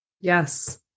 Yes